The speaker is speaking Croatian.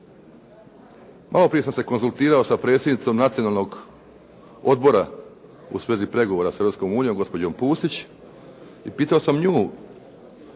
Malo prije sam se konzultirao sa predsjednicom Nacionalnog odbora u svezi sa pregovora sa Europskom unijom, gospođom Pusić i pitao sam nju